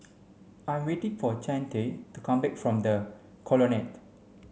I'm waiting for Chante to come back from The Colonnade